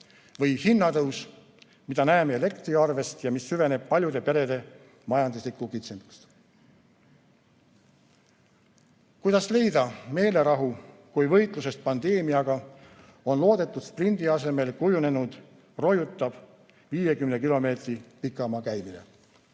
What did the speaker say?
või hinnatõus, mida näeme elektriarvetes ja mis süvendab paljude perede majanduslikku kitsikust. Kuidas leida meelerahu, kui võitlusest pandeemiaga on loodetud sprindi asemel kujunenud roiutav 50 kilomeetri käimine?